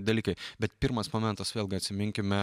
dalykai bet pirmas momentas vėlgi atsiminkime